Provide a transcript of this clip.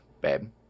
babe